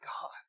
God